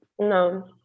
no